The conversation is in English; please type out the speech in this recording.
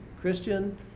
Christian